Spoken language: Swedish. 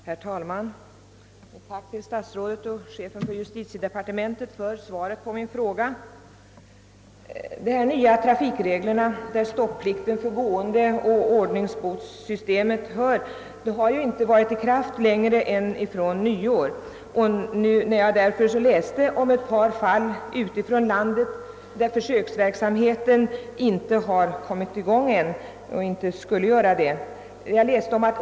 Herr talman! Jag tackar statsrådet och chefen för justitiedepartementet för svaret på min fråga. Dessa nya trafikregler, till vilka stoppplikten för gående och ordningsbotssystemet hör, har endast varit i kraft sedan nyår. Jag läste om ett par fall som inträffat ute i landet där försöksverksamheten ännu inte har kommit i gång — och inte skulle göra det ännu.